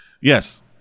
Yes